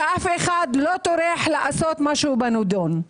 ואף אחד לא טורח לעשות משהו בנידון.